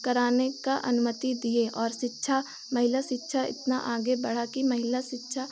कराने की अनुमति दिए और शिक्षा महिला शिक्षा इतनी आगे बढ़ी कि महिला शिक्षा